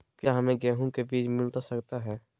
क्या हमे गेंहू के बीज मिलता सकता है?